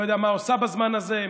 לא יודע מה עושה בזמן הזה,